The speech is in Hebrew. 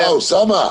אוסאמה.